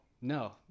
No